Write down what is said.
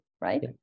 right